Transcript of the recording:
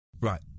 right